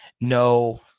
No